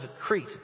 Crete